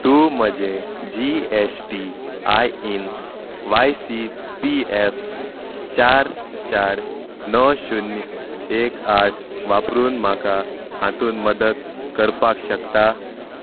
तूं म्हजें G S T I N Y C P F चार चार णव शुन्य एक आठ वापरून म्हाका हातूंत मदत करपाक शकता